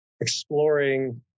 exploring